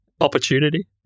opportunity